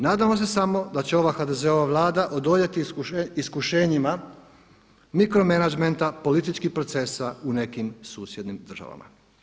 Nadamo se samo da će ova HDZ-ova vlada odoljeti iskušenjima mikro menadžmenta političkih procesa u nekim susjednim državama.